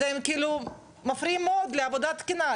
אז הם מפריעים מאוד לעבודה תקינה,